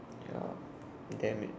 ya damn me